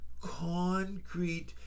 concrete